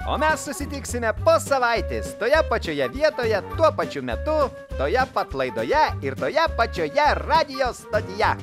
o mes susitiksime po savaitės toje pačioje vietoje tuo pačiu metu toje pat laidoje ir toje pačioje radijo stotyje